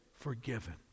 forgiven